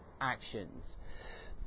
actions